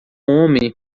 homem